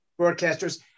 broadcasters